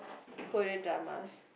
Korean dramas